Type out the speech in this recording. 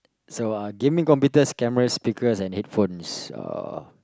so uh give me computers cameras speakers and headphones uh